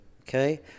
okay